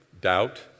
Doubt